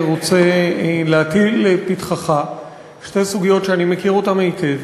רוצה להטיל לפתחך שתי סוגיות שאני מכיר היטב